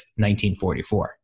1944